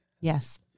Yes